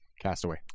Castaway